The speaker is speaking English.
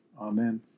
Amen